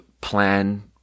plan